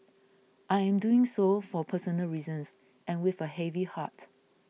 I am doing so for personal reasons and with a heavy heart